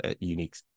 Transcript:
unique